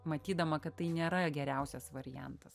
matydama kad tai nėra geriausias variantas